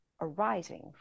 arising